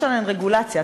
יש עליהן רגולציה.